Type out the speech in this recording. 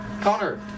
Connor